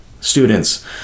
students